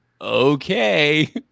okay